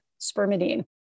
spermidine